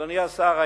אדוני השר,